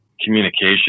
communication